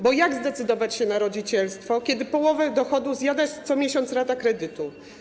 Bo jak zdecydować się na rodzicielstwo, kiedy połowę dochodów zjada co miesiąc rata kredytu?